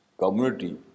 Community